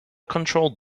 controlled